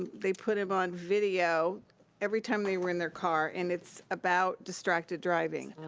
they put them on video every time they were in their car and it's about distracted driving.